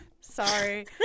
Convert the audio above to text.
Sorry